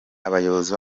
abayobozi